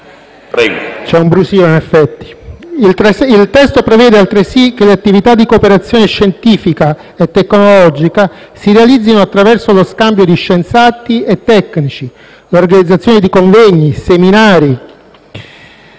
c'era brusio. Il testo prevede, altresì, che le attività di cooperazione scientifica e tecnologica si realizzino attraverso lo scambio di scienziati e tecnici, l'organizzazione di convegni, seminari